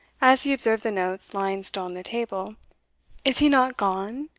as he observed the notes lying still on the table is he not gone?